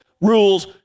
rules